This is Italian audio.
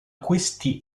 questi